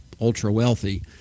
ultra-wealthy